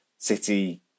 City